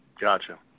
Gotcha